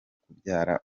kubyara